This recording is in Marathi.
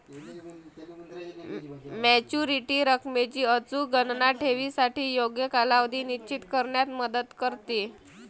मॅच्युरिटी रकमेची अचूक गणना ठेवीसाठी योग्य कालावधी निश्चित करण्यात मदत करते